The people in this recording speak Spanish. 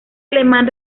alemán